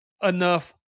enough